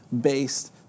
based